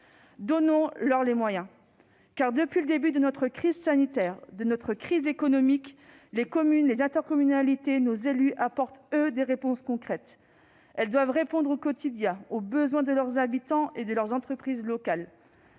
donnons-leur des moyens ! Depuis le début de la crise sanitaire et de la crise économique, les communes, les intercommunalités et nos élus apportent, quant à eux, des réponses concrètes. Ils doivent répondre au quotidien aux besoins des habitants et des entreprises locales.